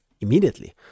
immediately